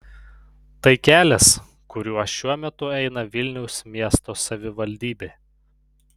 tai kelias kuriuo šiuo metu eina vilniaus miesto savivaldybė